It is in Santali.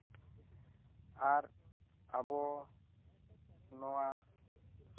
ᱟᱨ ᱟᱵᱚ ᱱᱚᱣᱟ